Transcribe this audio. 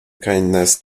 kindness